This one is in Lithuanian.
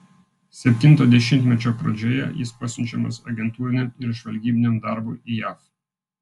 septinto dešimtmečio pradžioje jis pasiunčiamas agentūriniam ir žvalgybiniam darbui į jav